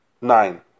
nine